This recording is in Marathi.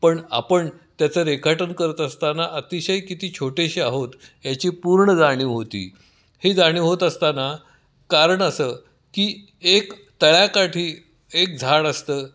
पण आपण त्याचं रेखाटन करत असताना अतिशय किती छोटेसे आहोत याची पूर्ण जााणीव होते ही जाणीव होत असताना कारण असं की एक तळ्याकाठी एक झाड असतं